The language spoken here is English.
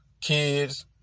kids